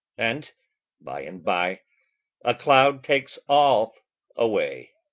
and by an by a cloud takes all away!